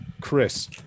Chris